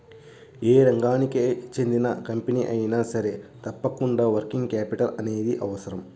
యే రంగానికి చెందిన కంపెనీ అయినా సరే తప్పకుండా వర్కింగ్ క్యాపిటల్ అనేది అవసరం